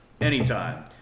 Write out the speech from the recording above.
anytime